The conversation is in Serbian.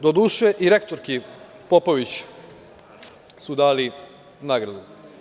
Doduše i rektorki Popović su dali nagradu.